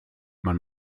man